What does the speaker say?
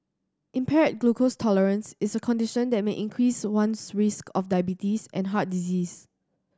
impaired glucose tolerance is a condition that may increase one's risk of diabetes and heart disease